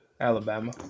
Alabama